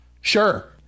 Sure